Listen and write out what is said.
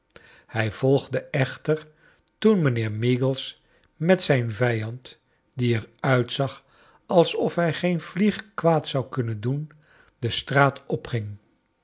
hij volgde echter toen mijnheer maegles met zijn vijand die er uitzag alsof hij geen vlieg kwaad zou kunnen doen de straat opging